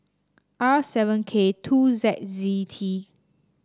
R seven K two Z Z T